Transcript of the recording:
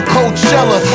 Coachella